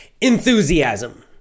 enthusiasm